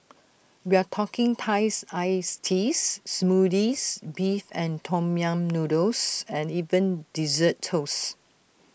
we're talking Thai iced teas Smoothies Beef and Tom yam noodles and even Dessert Toasts